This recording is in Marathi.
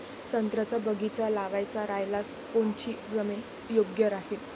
संत्र्याचा बगीचा लावायचा रायल्यास कोनची जमीन योग्य राहीन?